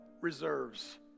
reserves